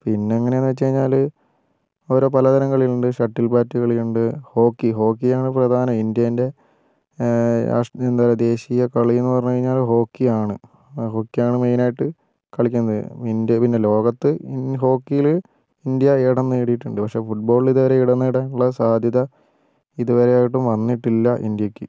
പിന്നെങ്ങനെയെന്ന് വച്ചു കഴിഞ്ഞാൽ ഓരോ പലതരം കളികളുണ്ട് ഷട്ടിൽ ബാറ്റ് കളിയുണ്ട് ഹോക്കി ഹോക്കിയാണ് പ്രധാനം ഇന്ത്യേൻ്റെ എന്താ പറയുക ദേശീയ കളിയെന്നു പറഞ്ഞ് കഴിഞ്ഞാൽ ഹോക്കിയാണ് ഹോക്കിയാണ് മെയിനായിട്ട് കളിക്കുന്നത് വിൻഡ് പിന്നെ ലോകത്ത് ഹോക്കിയിൽ ഇന്ത്യ ഇടം നേടിയിട്ടുണ്ട് പക്ഷെ ഫുട്ബോളിൽ ഇതുവരെ ഇടം നേടാനുള്ള സാധ്യത ഇതുവരെയായിട്ടും വന്നിട്ടില്ല ഇന്ത്യയ്ക്ക്